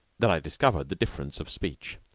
that i discovered the difference of speech.